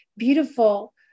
beautiful